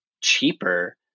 cheaper